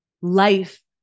life